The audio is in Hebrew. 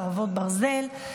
חרבות ברזל),